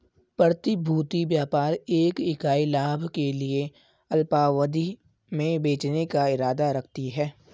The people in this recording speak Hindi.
प्रतिभूति व्यापार एक इकाई लाभ के लिए अल्पावधि में बेचने का इरादा रखती है